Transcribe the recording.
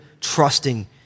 trusting